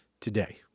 today